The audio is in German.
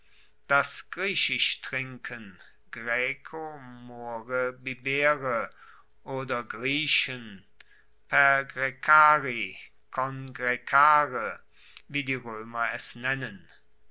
das griechisch trinken graeco more bibere oder griechen pergraecari congraecare wie die roemer es nennen